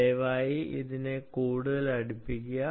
ദയവായി ഇതിനെ കൂടുതൽ അടുപ്പിക്കുക